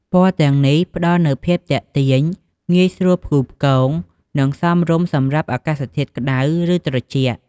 ពណ៌ទាំងនេះផ្ដល់នូវភាពទាក់ទាញ ងាយស្រួលផ្គូផ្គង និងសមរម្យសម្រាប់អាកាសធាតុក្ដៅ ឬត្រជាក់។